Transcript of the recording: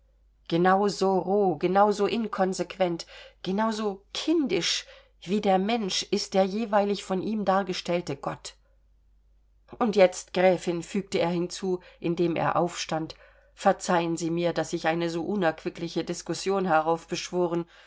so roh genau so inkonsequent genau so kindisch wie der mensch ist der jeweilig von ihm dargestellte gott und jetzt gräfin fügte er hinzu indem er aufstand verzeihen sie mir daß ich eine so unerquickliche diskussion heraufbeschworen